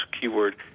keyword